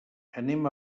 anem